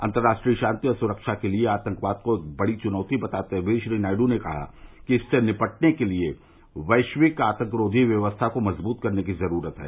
अंतराष्ट्रीय शांति और सुरक्षा के लिए आतंकवाद को एक बड़ी चुनौती बताते हुए श्री नायडू ने कहा कि इससे निपटने के लिए वैश्विक आतंकरोघी व्यक्स्था को मजबूत करने की जरूरत है